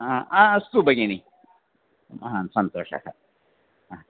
आ अस्तु भगिनि महान् सन्तोषः हा